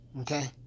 Okay